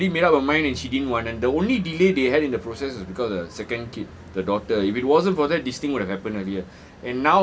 by then she already made up her mind and she didn't want and the only delay they had in the process is because the second kid the daughter if it wasn't bothered for that this thing would have happened earlier